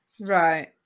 right